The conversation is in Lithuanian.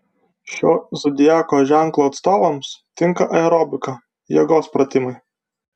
šio zodiako ženklo atstovams tinka aerobika jėgos pratimai